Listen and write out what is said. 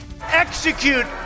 Execute